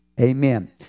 Amen